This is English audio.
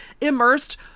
immersed